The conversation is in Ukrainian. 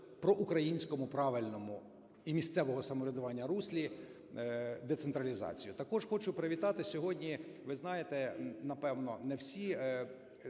проукраїнському, правильному, і місцевого самоврядування руслі децентралізацію. Також хочу привітати. Сьогодні, ви знаєте, напевно, не всі,